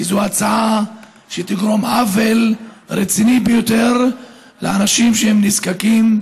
כי זו הצעה שתגרום עוול רציני ביותר לאנשים שהם נזקקים,